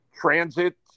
transit